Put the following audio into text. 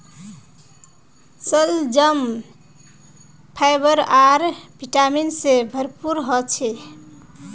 शलजम फाइबर आर विटामिन से भरपूर ह छे